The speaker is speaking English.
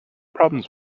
problems